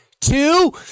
two